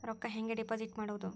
ರೊಕ್ಕ ಹೆಂಗೆ ಡಿಪಾಸಿಟ್ ಮಾಡುವುದು?